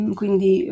quindi